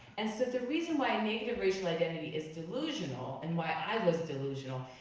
and so the reason why a negative racial identity is delusional, and why i was delusional,